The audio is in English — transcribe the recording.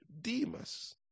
Demas